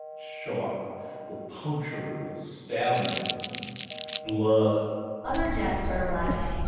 shark with punctured with stab wounds and blood other dead start arriving.